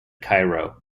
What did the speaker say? cairo